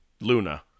Luna